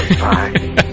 Bye